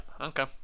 Okay